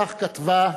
כך כתבה,